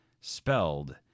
spelled